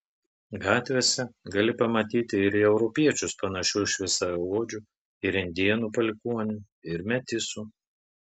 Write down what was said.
gatvėse gali pamatyti ir į europiečius panašių šviesiaodžių ir indėnų palikuonių ir metisų